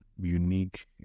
unique